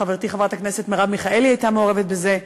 חברתי חברת הכנסת מרב מיכאלי הייתה מעורבת בזה,